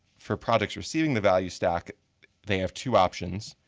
for projects receiving the value stack they have two options,